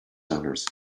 honors